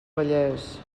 vallès